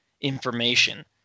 information